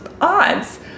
odds